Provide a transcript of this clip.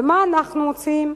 ומה אנחנו מוציאים?